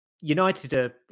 United